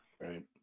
Right